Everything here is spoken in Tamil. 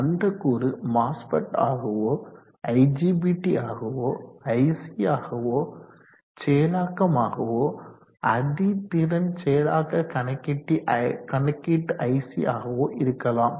அந்த கூறு மாஸ்பெட் ஆகவோ ஐஜிபிற்றி IGBT ஆகவோ ஐசி ஆகவோ செயலாக்கம் ஆகவோ அதி திறன் செயலாக்க கணக்கீட்டு ஐசி ஆகவோ இருக்கலாம்